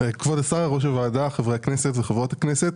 כבוד השר, ראש הוועדה, חברות וחברי הכנסת,